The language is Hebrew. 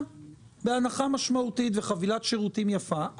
בהנחה משמעותית עם חבילת שירותים יפה,